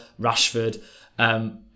Rashford